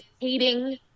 hating